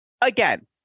again